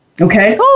Okay